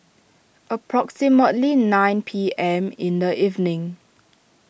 approximately nine P M in the evening